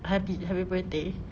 happy happy birthday